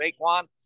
Saquon